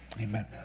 Amen